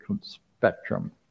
spectrum